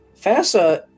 FASA